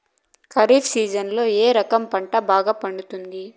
ఖరీఫ్ సీజన్లలో ఏ రకం పంట బాగా పండుతుంది